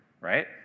right